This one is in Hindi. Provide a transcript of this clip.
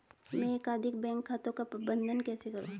मैं एकाधिक बैंक खातों का प्रबंधन कैसे करूँ?